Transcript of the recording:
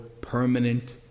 permanent